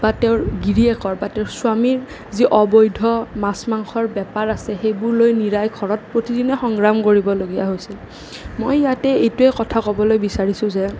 বা তেওঁৰ গিৰীয়েকৰ বা তেওঁৰ স্বামীৰ যি অবৈধ মাছ মাংসৰ বেপাৰ আছে সেইবোৰ লৈ মীৰাই প্ৰতিদিলে ঘৰত সংগ্ৰাম কৰিবলগীয়া হৈছিল মই ইয়াতে এইটোৱেই কথা ক'বলৈ বিচাৰিছোঁ যে